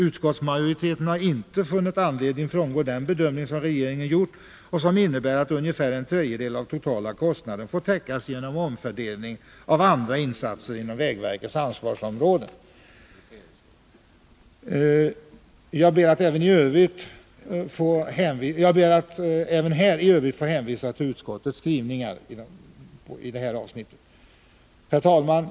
Utskottsmajoriteten har inte funnit anledning att göra någon annan bedömning än den som regeringen gjort och som innebär att ungefär en tredjedel av den totala kostnaden får täckas genom omfördelning av andra insatser inom vägverkets ansvarsområden. Jag ber att även här i övrigt få hänvisa till utskottets skrivningar. Herr talman!